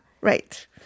Right